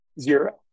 Zero